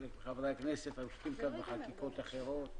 חלק מחברי הכנסת עוסקים בחקיקות אחרות,